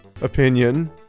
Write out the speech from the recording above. opinion